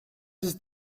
his